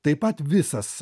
taip pat visas